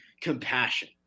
compassion